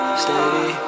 steady